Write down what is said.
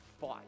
fight